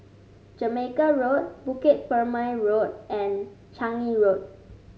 Jamaica Road Bukit Purmei Road and Changi Road